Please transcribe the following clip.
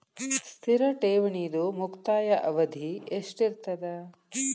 ಸ್ಥಿರ ಠೇವಣಿದು ಮುಕ್ತಾಯ ಅವಧಿ ಎಷ್ಟಿರತದ?